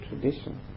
tradition